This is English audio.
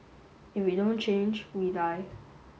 if we don't change we die